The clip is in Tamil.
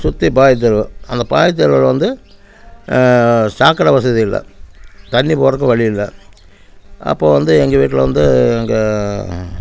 சுற்றி பாய் தெரு அந்த பாய் தெருவில் வந்து சாக்கடை வசதி இல்லை தண்ணி போகிறதுக்கு வழி இல்லை அப்போது வந்து எங்கள் வீட்டில் வந்து எங்கள்